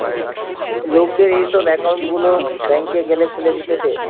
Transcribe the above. লোকদের এই সব একউন্ট গুলা ব্যাংকে গ্যালে খুলে দিতেছে